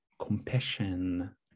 compassion